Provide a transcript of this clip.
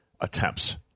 attempts